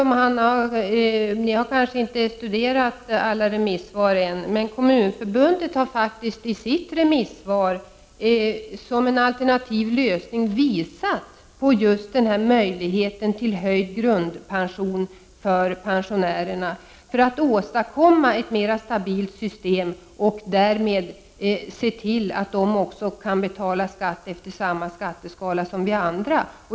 Man har kanske inte studerat alla remissvar än, men Kommunförbundet har faktiskt i sitt yttrande som en alternativ lösning visat på just möjligheten att höja grundpensionen för pensionärerna, för att åstadkomma ett mera stabilt system och därmed se till att också pensionärerna kan betala skatt efter samma skatteskala som vi andra.